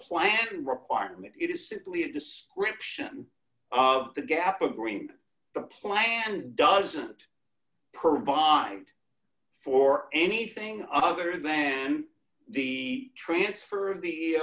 plan requirement it is simply a description of the gap agreement the plan doesn't provide for anything other than the transfer